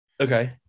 Okay